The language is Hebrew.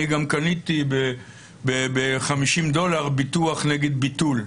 אני גם קניתי ב-50 דולר ביטוח נגד ביטול.